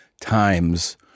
times